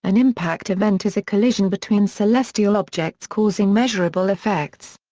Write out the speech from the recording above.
an impact event is a collision between celestial objects causing measurable effects.